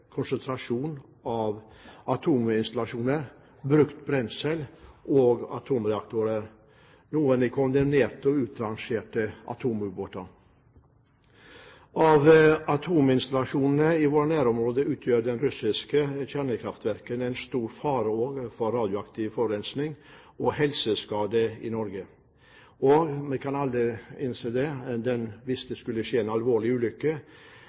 konsentrasjon av atominstallasjoner, brukt brensel og atomreaktorer, noen i kondemnerte og utrangerte atomubåter. Av atominstallasjonene i våre nærområder utgjør de russiske kjernekraftverkene en stor fare for radioaktiv forurensning og helseskade i Norge. Vi innser alle, hvis det skulle skje en alvorlig ulykke